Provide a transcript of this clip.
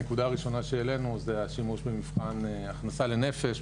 הנקודה הראשונה שהעלינו זה השימוש במבחן הכנסה לנפש,